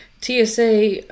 TSA